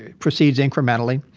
ah proceeds incrementally.